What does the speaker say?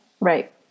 right